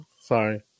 Sorry